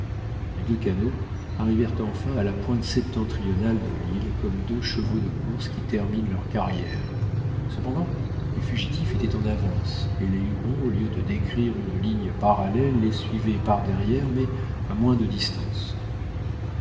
les deux canots arrivèrent enfin à la pointe septentrionale de l'île comme deux chevaux de course qui terminent leur carrière cependant les fugitifs étaient en avance et les hurons au lieu de décrire une ligne parallèle les suivaient par derrière mais à moins de distance